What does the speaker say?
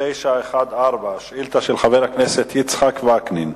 שאילתא 914 של חבר הכנסת יצחק וקנין: